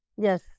Yes